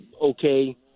okay